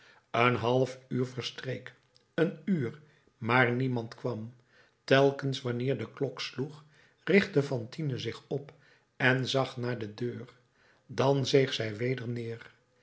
een half uur verstreek een uur maar niemand kwam telkens wanneer de klok sloeg richtte fantine zich op en zag naar de deur dan zeeg zij weder neer